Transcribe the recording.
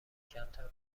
کمتر